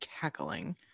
cackling